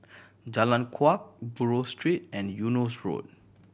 Jalan Kuak Buroh Street and Eunos Road